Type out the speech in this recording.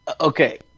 Okay